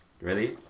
Ready